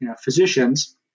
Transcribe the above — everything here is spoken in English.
physicians